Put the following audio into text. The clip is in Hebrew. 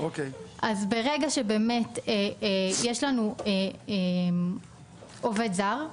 ברגע שיש לנו עובד זר,